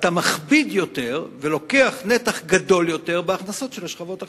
אתה מכביד יותר ולוקח נתח גדול יותר מההכנסות של השכבות החלשות.